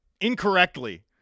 incorrectly